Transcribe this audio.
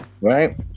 right